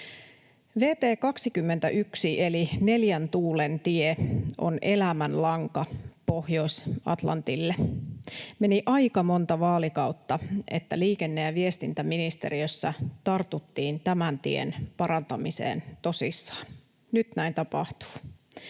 21 eli Neljän tuulen tie on elämänlanka Pohjois-Atlantille. Meni aika monta vaalikautta, että liikenne- ja viestintäministeriössä tartuttiin tämän tien parantamiseen tosissaan, nyt näin tapahtuu.